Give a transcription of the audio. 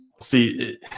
see